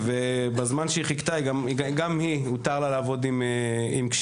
בזמן שהיא חיכתה הותר לה לעבוד עם קשישים.